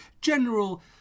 general